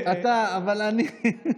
אתה, אבל אני?